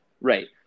Right